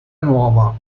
nuova